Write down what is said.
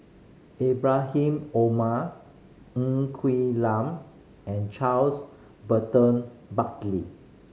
Ibrahim Omar Ng Quee Lam and Charles Burton Buckley